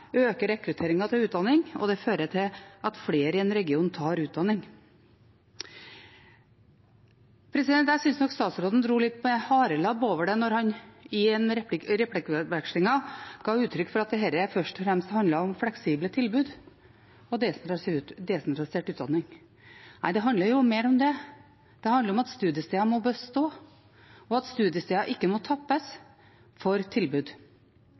øker rekrutteringen til utdanning, og det fører til at flere i en region tar utdanning. Jeg synes nok statsråden for litt med harelabb over det da han i replikkvekslingen ga uttrykk for at dette først og fremst handlet om fleksible tilbud og desentralisert utdanning. Nei, det handler om mer enn det. Det handler om at studiesteder må bestå, og at studiesteder ikke må tappes for tilbud.